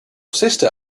sister